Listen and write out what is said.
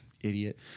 idiot